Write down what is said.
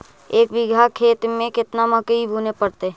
एक बिघा खेत में केतना मकई बुने पड़तै?